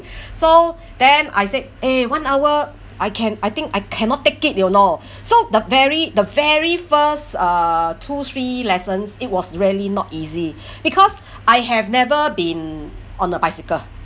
so then I said eh one hour I can I think I cannot take it you know so the very the very first uh two three lessons it was really not easy because I have never been on a bicycle